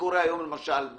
מה שקורה היום בגז,